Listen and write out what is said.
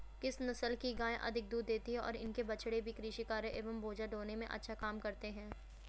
किस नस्ल की गायें अधिक दूध देती हैं और इनके बछड़े भी कृषि कार्यों एवं बोझा ढोने में अच्छा काम करते हैं?